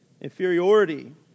inferiority